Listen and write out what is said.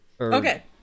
okay